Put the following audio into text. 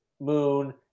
moon